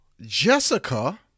Jessica